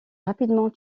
rapidement